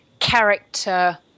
character